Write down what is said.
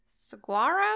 Saguaro